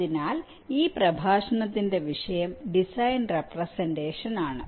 അതിനാൽ ഈ പ്രഭാഷണത്തിന്റെ വിഷയം ഡിസൈൻ റെപ്രെസെന്റഷൻ ആണ്